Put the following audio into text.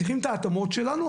צריכים את ההתאמות שלנו,